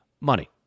money